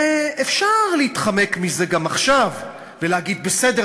אפשר להתחמק מזה גם עכשיו ולהגיד: בסדר,